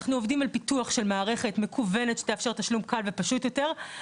אנחנו עובדים על פיתוח של מערכת מקוונת שתאפשר תשלום קל ופשוט יותר.